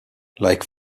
like